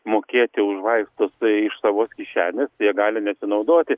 mokėti už vaistus iš savos kišenės tai jie gali nesinaudoti